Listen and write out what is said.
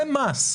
זה מס.